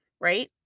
right